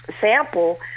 sample